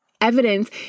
evidence